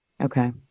Okay